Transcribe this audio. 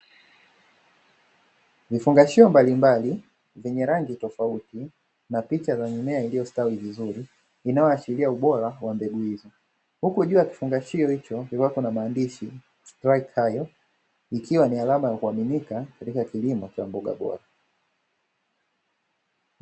Vifungashio mbalimbali vyenye rangi tofauti na picha za mimea iliyostawi vizuri, inayoashiria ubora wa mbegu hizo, huku juu ya kifungashio hicho kukiwa kuna maandishi "STARKE AYRES", ikiwa ni alama ya kuaminika katika kilimo cha mboga bora.